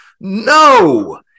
No